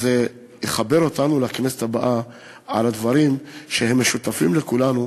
שזה יחבר אותנו בכנסת הבאה אל הדברים שמשותפים לכולנו,